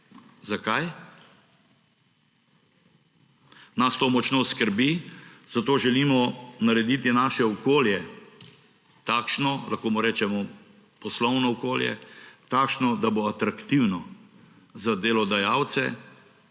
zakaj? Nas to močno skrbi, zato želimo narediti naše okolje takšno, lahko mu rečemo poslovno okolje, takšno, da bo atraktivno za delodajalce,